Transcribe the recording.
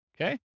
Okay